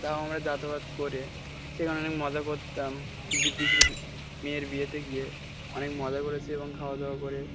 তাও আমরা যাতায়াত করে সেখানে অনেক মজা করতাম পিসির মেয়ের বিয়েতে গিয়ে অনেক মজা করেছে এবং খাওয়া দাওয়া করে